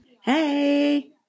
Hey